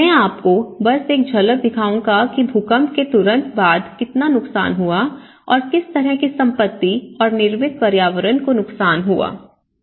मैं आपको बस एक झलक दिखाऊंगा कि भूकंप के तुरंत बाद कितना नुकसान हुआ और किस तरह की संपत्ति और निर्मित पर्यावरण को नुकसान पहुंचा